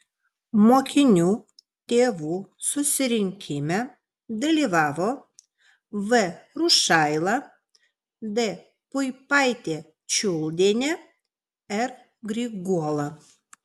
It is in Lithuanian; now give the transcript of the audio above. mokinių tėvų susirinkime dalyvavo v rušaila d puipaitė čiuldienė r griguola